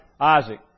Isaac